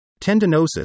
Tendinosis